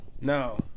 no